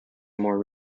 more